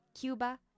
Cuba